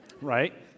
right